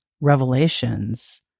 revelations